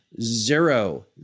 zero